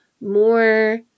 more